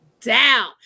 down